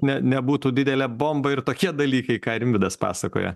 ne nebūtų didelė bomba ir tokie dalykai ką rimvydas pasakoja